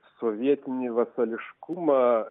sovietinį vatališkumą